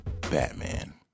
Batman